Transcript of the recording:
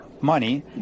money